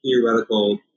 theoretical